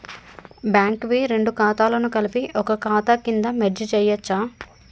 Bank వి రెండు ఖాతాలను కలిపి ఒక ఖాతా కింద మెర్జ్ చేయచ్చా?